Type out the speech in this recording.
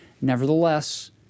Nevertheless